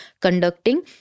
conducting